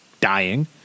dying